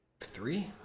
Three